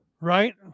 Right